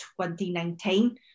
2019